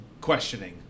questioning